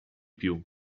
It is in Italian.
più